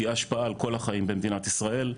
תהיה השפעה על כל החיים במדינת ישראל,